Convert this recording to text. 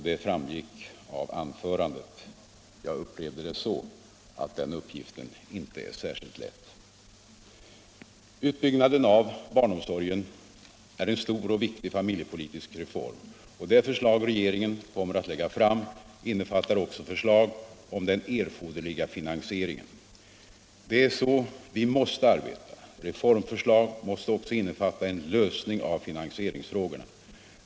Det framgick av anförandet att den uppgiften inte är särskilt lätt. Utbyggnaden av barnomsorgen är en stor och viktig familjepolitisk reform. De förslag som regeringen kommer att lägga fram innefattar också förslag om den erforderliga finansieringen. Det är så vi måste arbeta —- reformförslag måste också innefatta en lösning av finansieringsfrågorna.